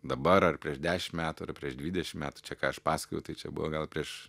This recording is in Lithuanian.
dabar ar prieš dešim metų ar prieš dvidešim metų čia ką aš pasakoju tai čia buvo gal prieš